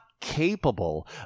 capable